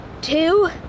two